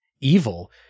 evil